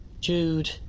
Jude